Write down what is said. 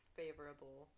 favorable